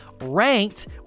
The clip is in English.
Ranked